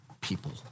people